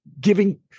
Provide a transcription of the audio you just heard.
giving